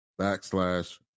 backslash